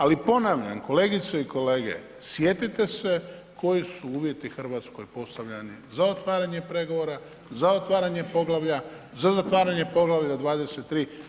Ali ponavljam, kolegice i kolege, sjetite se koji su uvjeti Hrvatskoj postavljani za otvaranje pregovora, za otvaranje poglavlja, za zatvaranje poglavlja 23.